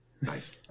nice